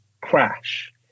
crash